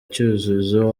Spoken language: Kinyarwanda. cyuzuzo